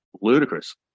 ludicrous